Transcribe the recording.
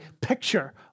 picture